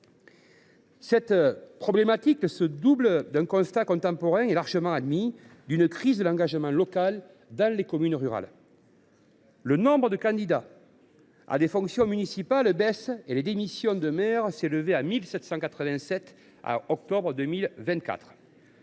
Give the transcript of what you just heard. Cette problématique se double d’un constat contemporain et largement admis d’une crise de l’engagement local dans les communes rurales. Le nombre de candidats à des fonctions municipales baisse et, en octobre 2024,